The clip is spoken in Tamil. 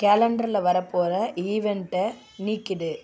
கேலண்டரில் வரப்போகிற ஈவெண்ட்டை நீக்கிவிடு